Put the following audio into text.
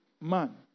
man